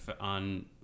on